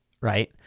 right